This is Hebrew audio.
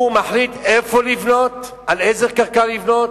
הוא מחליט איפה לבנות, על איזו קרקע לבנות,